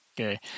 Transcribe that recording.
Okay